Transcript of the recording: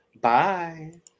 Bye